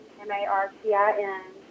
M-A-R-T-I-N